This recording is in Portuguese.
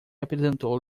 apresentou